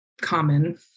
common